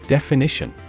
Definition